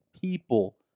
people